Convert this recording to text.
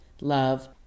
love